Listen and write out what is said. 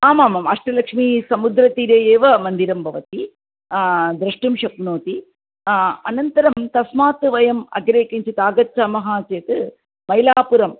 आमामाम् अष्टलक्ष्मी समुद्रतीरे एव मन्दिरं भवति द्रष्टुं शक्नोति अनन्तरं तस्मात् वयम् अग्रे किञ्चित् आगच्छामः चेत् मैलापुरं